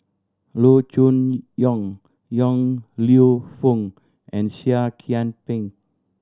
Loo Choon Yong Yong Lew Foong and Seah Kian Peng